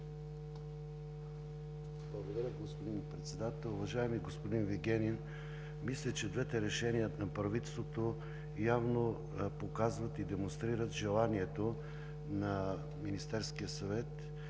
Благодаря, господин Председател. Уважаеми господин Вигенин, мисля, че двете решения на правителството явно показват и демонстрират желанието на Министерския съвет